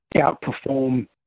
outperform